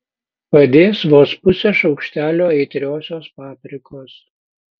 padės vos pusė šaukštelio aitriosios paprikos